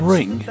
Ring